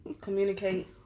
communicate